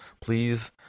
please